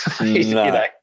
No